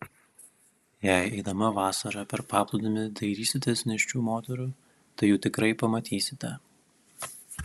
jei eidama vasarą per paplūdimį dairysitės nėščių moterų tai jų tikrai pamatysite